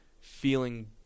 feeling